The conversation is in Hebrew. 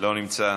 לא נמצא.